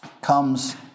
comes